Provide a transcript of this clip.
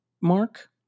Mark